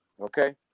okay